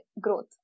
growth